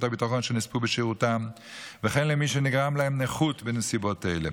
הביטחון שנספו בשירותם וכן למי שנגרמה להם נכות בנסיבות אלה.